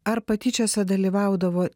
ar patyčiose dalyvaudavo